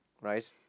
right